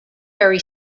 very